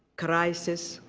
crisis,